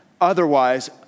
otherwise